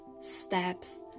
steps